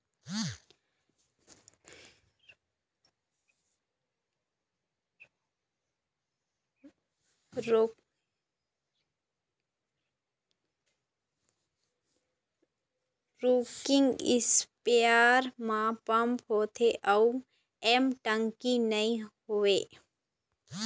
rocking spare म pump होथे अउ एमा टंकी नइ होवय